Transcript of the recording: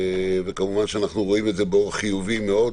וכמובן שאנחנו רואים את זה באור חיובי מאוד.